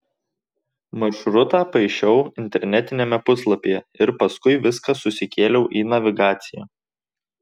maršrutą paišiau internetiniame puslapyje ir paskui viską susikėliau į navigaciją